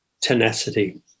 tenacity